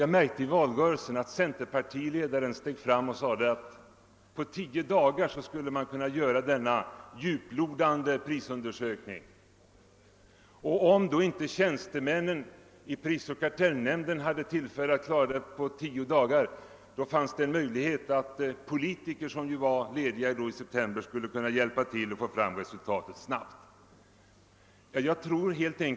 I valrörelsen märkte jag att centerpartiledaren sade, att man på tio dagar skulle kunna göra denna djuplodande prisundersökning, och om då inte tjänstemännen i prisoch kartellnämnden kunde klara saken inom denna tid fanns det möjlighet att politiker som var lediga i september kunde hjälpa till för att snabbt få fram resultatet.